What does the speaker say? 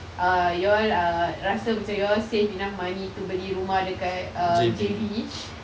err you all err rasa macam you all save enough money to beli rumah dekat err J_B